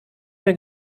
mehr